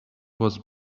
was